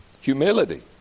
Humility